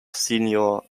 senior